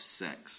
sex